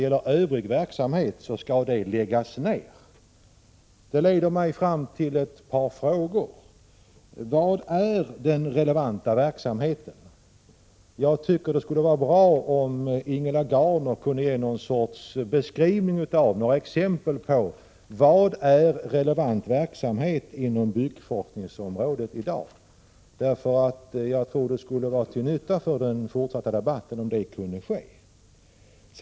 Den övriga verksamheten skall läggas ned. 117 Detta leder till ett par frågor. Vad är den relevanta verksamheten? Det vore bra om Ingela Gardner kunde beskriva denna och ge några exempel på vad relevant verksamhet är inom byggforskningsrådet i dag. Det skulle vara till nytta för den fortsatta debatten att veta detta.